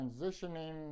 transitioning